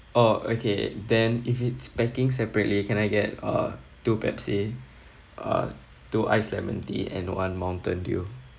oh okay then if it's packing separately can I get uh two pepsi uh two iced lemon tea and one mountain dew